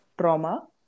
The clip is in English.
trauma